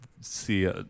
see